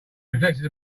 reflected